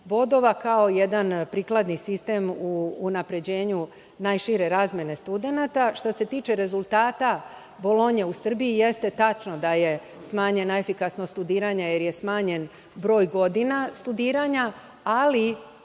bodova, kao jedan priklani sistem u unapređenju najšire razmene studenata. Što se tiče rezultata Bolonje u Srbiji, jeste tačno da je smanjena efikasnost studiranja, jer je smanjen broj godina studiranja, ali